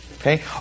Okay